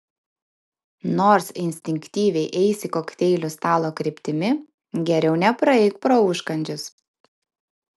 nors instinktyviai eisi kokteilių stalo kryptimi geriau nepraeik pro užkandžius